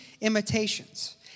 imitations